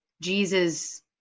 Jesus